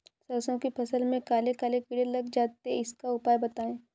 सरसो की फसल में काले काले कीड़े लग जाते इसका उपाय बताएं?